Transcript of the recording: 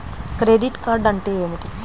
Credit card అంటే ఏమిటి?